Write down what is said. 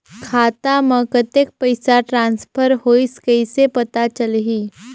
खाता म कतेक पइसा ट्रांसफर होईस कइसे पता चलही?